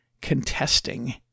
contesting